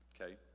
okay